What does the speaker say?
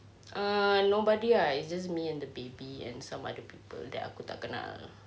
err nobody ah it's just me and the baby and some other people that aku tak kenal